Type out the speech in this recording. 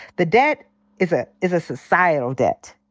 the debt is ah is a societal debt.